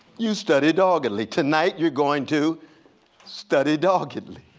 you study doggedly. tonight you're going to study doggedly.